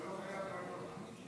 אתה לא חייב לעלות.